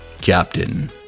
Captain